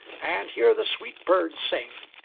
and hear the sweet birds sing.